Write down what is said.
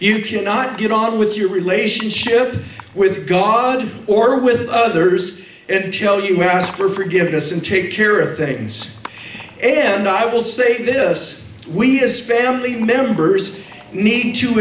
you cannot get on with your relationship with god or with others and tell you ask for forgiveness and take care of things and i will say this we as family members need to